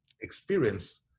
experience